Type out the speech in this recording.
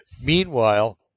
Meanwhile